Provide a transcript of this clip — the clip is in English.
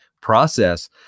process